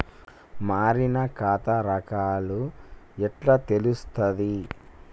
మారిన ఖాతా రకాలు ఎట్లా తెలుత్తది?